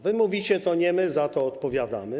Wy mówicie: to nie my za to odpowiadamy.